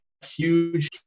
huge